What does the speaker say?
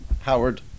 Howard